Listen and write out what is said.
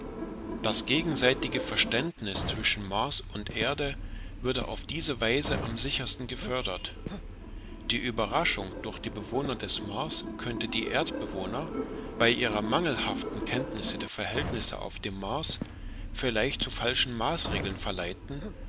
das gegenseitige verständnis zwischen mars und erde würde auf diese weise am sichersten gefördert die überraschung durch die bewohner des mars könnte die erdbewohner bei ihrer mangelhaften kenntnis der verhältnisse auf dem mars vielleicht zu falschen maßregeln verleiten